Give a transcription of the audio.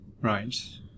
Right